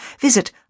visit